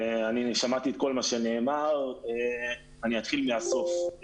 אני שמעתי את כל מה שנאמר, אתחיל מהסוף.